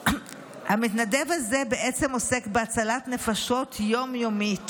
המתנדב הזה בעצם עוסק בהצלת נפשות יום-יומית,